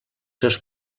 seus